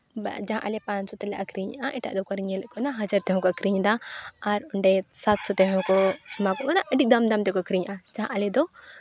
ᱡᱟᱦᱟᱸ ᱟᱞᱮ ᱯᱟᱸᱪ ᱥᱚ ᱛᱮᱞᱮ ᱟᱹᱠᱷᱨᱤᱧᱮᱜᱼᱟ ᱮᱴᱟᱜ ᱫᱚᱠᱟᱱ ᱨᱤᱧ ᱧᱮᱞᱮ ᱠᱟᱱᱟ ᱦᱟᱡᱟᱨ ᱛᱮᱦᱚᱸ ᱠᱚ ᱟᱹᱠᱷᱨᱤᱧᱫᱟ ᱟᱨ ᱚᱸᱰᱮ ᱥᱟᱛ ᱥᱚ ᱛᱮᱦᱚᱸ ᱠᱚ ᱮᱢᱟ ᱠᱚ ᱠᱟᱱᱟ ᱟᱹᱰᱤ ᱫᱟᱢ ᱫᱟᱢ ᱛᱮᱠᱚ ᱟᱹᱠᱷᱨᱤᱧᱮᱜᱼᱟ ᱡᱟᱦᱟᱸ ᱟᱞᱮ ᱫᱚ